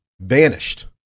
vanished